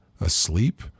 Asleep